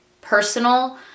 personal